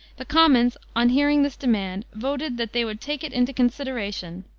the commons, on hearing this demand, voted that they would take it into consideration!